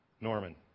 Norman